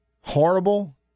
horrible